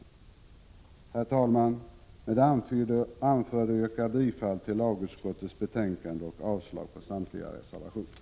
Herr talman! Med det anförda yrkar jag bifall till hemställan i lagutskottets betänkande 1986/87:12 och avslag på samtliga reservationer.